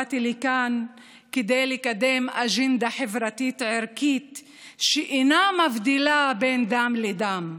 באתי לכאן כדי לקדם אג'נדה חברתית ערכית שאינה מבדילה בין דם לדם.